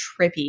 trippy